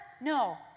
No